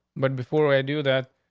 but before i do that,